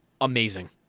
amazing